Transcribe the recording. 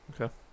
Okay